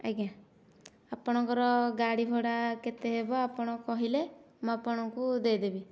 ଆଜ୍ଞା ଆପଣଙ୍କର ଗାଡ଼ି ଭଡ଼ା କେତେ ହେବ ଆପଣ କହିଲେ ମୁଁ ଆପଣଙ୍କୁ ଦେଇଦେବି